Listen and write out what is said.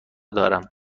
دارم